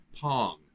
Pong